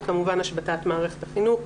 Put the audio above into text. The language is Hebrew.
וכמובן השבתת מערכת החינוך.